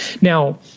Now